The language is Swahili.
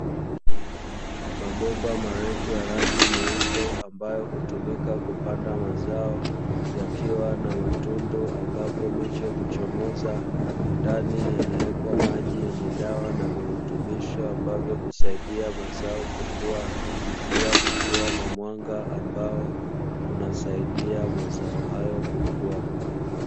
Mabomba marefu ya rangi nyeupe ambayo hutumika kupanda mazao yakiwa na matundu, ambapo miche huchomoza ndani yanawekwa maji yenye dawa na virutubisho ambavyo husaidia mazao kukua pia kukiwa na mwanga ambao unasaidia mazao hayo kukua.